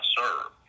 serve